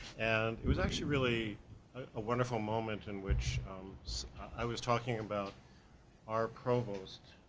and it was actually really a wonderful moment in which i was talking about our provost,